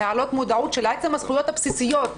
להעלות מודעות לזכויות הבסיסיות.